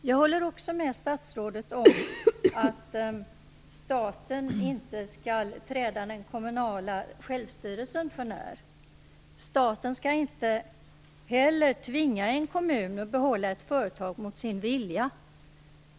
Jag håller också med statsrådet om att staten inte skall träda den kommunala självstyrelsen för när. Staten skall inte heller tvinga en kommun att behålla ett företag mot kommunens vilja.